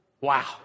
Wow